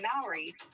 maori